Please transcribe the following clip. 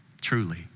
truly